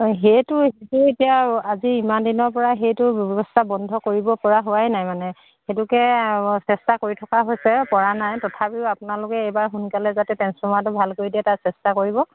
সেইটো সেইটো এতিয়া আজি ইমান দিনৰ পৰা সেইটো ব্যৱস্থা বন্ধ কৰিব পৰা হোৱাই নাই মানে সেইটোকে চেষ্টা কৰি থকা হৈছে পৰা নাই তথাপিও আপোনালোকে এইবাৰ সোনকালে যাতে টেঞ্চফৰ্মাটো ভাল কৰি দিয়ে তাৰ চেষ্টা কৰিব